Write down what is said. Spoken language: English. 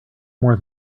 more